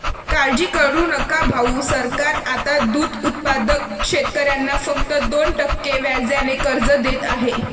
काळजी करू नका भाऊ, सरकार आता दूध उत्पादक शेतकऱ्यांना फक्त दोन टक्के व्याजाने कर्ज देत आहे